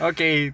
Okay